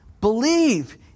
Believe